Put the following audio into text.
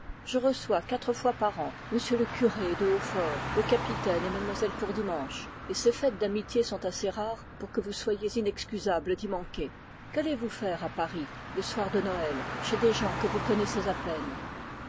je reçois quatre fois par an m le curé de hautfort le capitaine et mlle courdimanche et ces fêtes d'amitié sont assez rares pour que vous soyez inexcusable d'y manquer qu'allez-vous faire à paris le soir de noël chez des gens que vous connaissez à peine